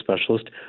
specialist